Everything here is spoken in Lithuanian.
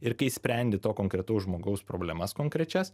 ir kai sprendi to konkretaus žmogaus problemas konkrečias